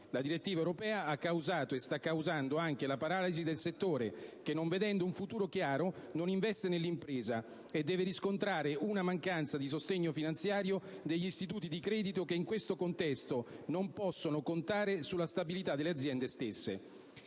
La direttiva europea ha causato e sta causando anche la paralisi del settore, che, non vedendo un futuro chiaro, non investe nell'impresa e deve riscontrare una mancanza di sostegno finanziario degli istituti di credito, che in questo contesto non possono contare sulla stabilità delle aziende stesse.